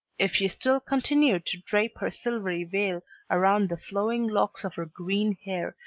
if she still continued to drape her silvery veil around the flowing locks of her green hair,